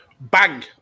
Bang